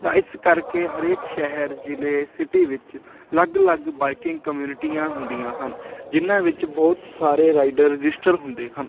ਤਾਂ ਇਸ ਕਰਕੇ ਹਰੇਕ ਸ਼ਹਿਰ ਜ਼ਿਲ੍ਹੇ ਸਿਟੀ ਵਿੱਚ ਅਲੱਗ ਅਲੱਗ ਬਾਈਕਿੰਗ ਕਮਿਊਨਿਟੀਆਂ ਹੁੰਦੀਆਂ ਹਨ ਜਿਹਨਾਂ ਵਿੱਚ ਬਹੁਤ ਸਾਰੇ ਰਾਈਡਰ ਰਜਿਸਟਰ ਹੁੰਦੇ ਹਨ